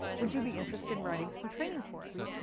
would you be interested in writing some training for us.